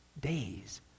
days